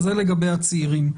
אז זה לגבי הצעירים.